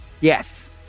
Yes